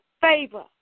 favor